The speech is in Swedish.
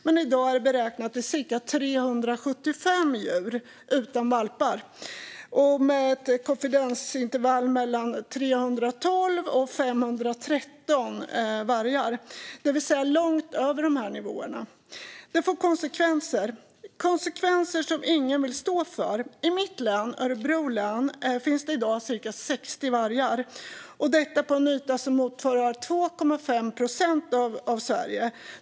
Men i dag är den beräknad till cirka 375 djur utan valpar, med ett konfidensintervall på 312-513 vargar. Det är långt över de beslutade nivåerna. Det får konsekvenser. Det är konsekvenser som ingen vill stå för. I mitt hemlän, Örebro län, finns det i dag cirka 60 vargar, och detta på en yta som motsvarar 2,5 procent av Sverige.